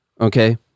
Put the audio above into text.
Okay